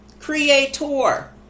Creator